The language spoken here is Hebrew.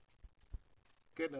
כן,